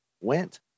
went